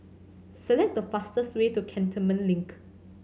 select the fastest way to Cantonment Link